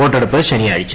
വോട്ടെടുപ്പ് ശനിയാഴ്ച